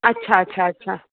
अच्छा अच्छा अच्छा